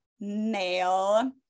male